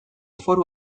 foru